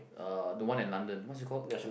uh the one in London what is called uh